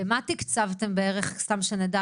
במה תקצבתם בערך, סתם שנדע